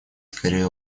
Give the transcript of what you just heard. скорее